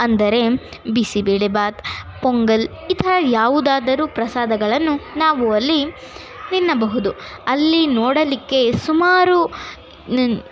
ಅಂದರೆ ಬಿಸಿಬೇಳೆಬಾತ್ ಪೊಂಗಲ್ ಈ ತರಹ ಯಾವುದಾದರೂ ಪ್ರಸಾದಗಳನ್ನು ನಾವು ಅಲ್ಲಿ ತಿನ್ನಬಹುದು ಅಲ್ಲಿ ನೋಡಲಿಕ್ಕೆ ಸುಮಾರು ನನ್